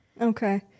Okay